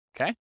okay